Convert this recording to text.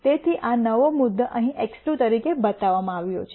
તેથી આ નવો મુદ્દો અહીં x2 તરીકે બતાવવામાં આવ્યો છે